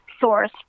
source